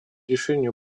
решению